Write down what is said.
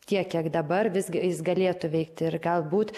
tiek kiek dabar visgi jis galėtų veikti ir galbūt